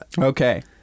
Okay